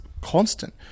constant